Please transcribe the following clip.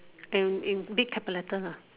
in in big capital letters lah